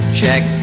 check